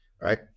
right